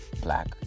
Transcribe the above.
black